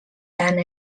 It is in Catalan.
tant